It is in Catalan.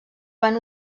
van